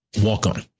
Walk-on